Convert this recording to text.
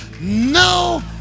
no